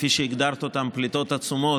וכפי שהגדרת אותן "פליטות עצומות",